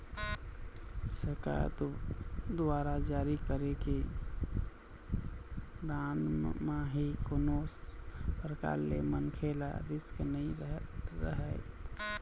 सरकार दुवारा जारी करे गे बांड म ही कोनो परकार ले मनखे ल रिस्क नइ रहय